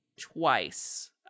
twice